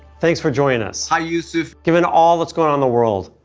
thanks for joining us. hi, yusuf. given all that's going on the world,